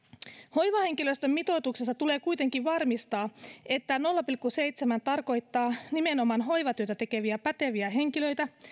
hoivahenkilöstön mitoituksessa tulee kuitenkin varmistaa että nolla pilkku seitsemän tarkoittaa nimenomaan hoivatyötä tekeviä päteviä henkilöitä